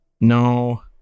No